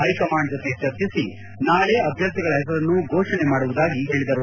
high command ಜೊತೆ ಚರ್ಜಿಸಿ ನಾಳೆ ಅಭ್ಯರ್ಥಿಗಳ ಹೆಸರನ್ನು ಘೋಷಣೆ ಮಾಡುವುದಾಗಿ ಹೇಳಿದರು